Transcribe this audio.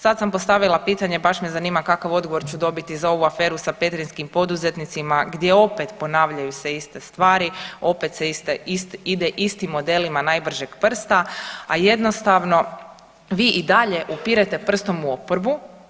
Sad sam postavila pitanje baš me zanima kakav odgovor ću dobiti sa petrinjskim poduzetnicima gdje opet ponavljaju se iste stvari, opet se ide modelima najbržeg prsta, a jednostavno vi i dalje upirete prstom u oporbu.